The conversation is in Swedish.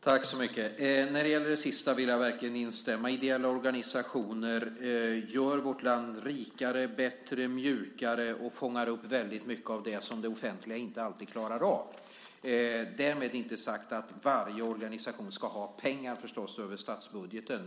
Herr talman! När det gäller det sista vill jag verkligen instämma. Ideella organisationer gör vårt land rikare, bättre, mjukare och fångar upp väldigt mycket av det som det offentliga inte alltid klarar av. Därmed är inte sagt att varje organisation ska ha pengar över statsbudgeten.